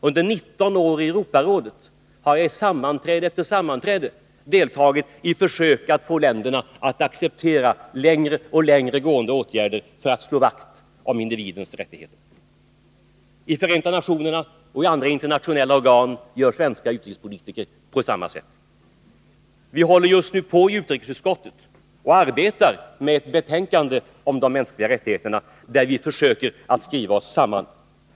Under 19 år i Europarådet har jag vid sammanträde efter sammanträde deltagit i försök att få länderna att acceptera allt längre gående åtgärder för att slå vakt om individens rättigheter. I FN och i andra internationella organ gör svenska politiker på samma sätt. Vi arbetar just nu i utrikesutskottet på ett betänkande om de mänskliga rättigheterna och försöker skriva oss samman.